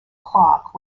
clock